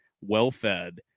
well-fed